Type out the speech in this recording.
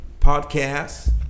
podcasts